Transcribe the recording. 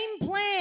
plan